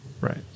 Right